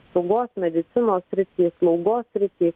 saugos medicinos sritį slaugos sritį